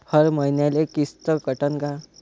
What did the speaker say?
हर मईन्याले किस्त कटन का?